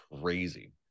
crazy